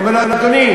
הוא אומר לו: אדוני,